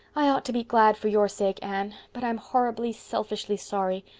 i ought to be glad for your sake, anne. but i'm horribly, selfishly sorry.